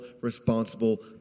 responsible